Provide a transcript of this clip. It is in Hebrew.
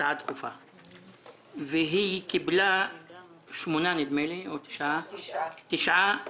והיא קבלה תשע מהן